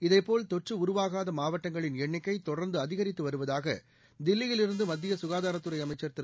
இதேபோல் தொற்று உருவாகாத மாவட்டங்களின் எண்ணிக்கை தொடர்ந்து அதிகரித்து வருவதாக தில்லியில் இருந்து மத்திய சுகாதாரத்துறை அமைச்ச் திரு